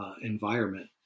environment